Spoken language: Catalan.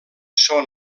són